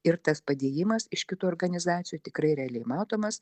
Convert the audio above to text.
ir tas padėjimas iš kitų organizacijų tikrai realiai matomas